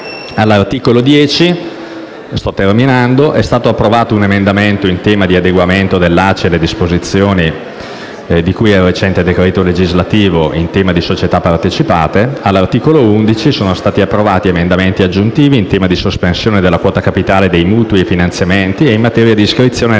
All'articolo 10, è stato approvato un emendamento in tema di adeguamento dell'ACI alle disposizioni di cui al recente decreto legislativo in tema di società partecipate. All'articolo 11 sono stati approvati degli emendamenti aggiuntivi in tema di sospensione della quota capitale dei mutui e finanziamenti e in materia di iscrizione nel